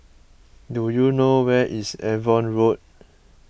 do you know where is Avon Road